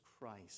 Christ